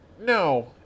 no